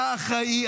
אתה אחראי.